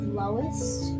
lowest